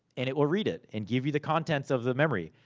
and it will read it, and give you the contents of the memory.